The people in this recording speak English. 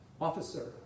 officer